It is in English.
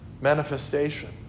manifestation